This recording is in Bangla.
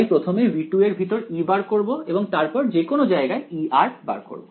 তাই প্রথমে V2 এর ভিতর E বার করব এবং তারপর যেকোনো জায়গায় E বার করব